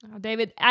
David